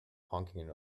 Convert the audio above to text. honking